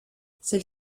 celle